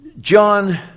John